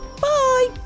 bye